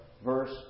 Verse